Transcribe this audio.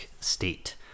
state